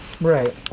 Right